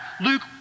Luke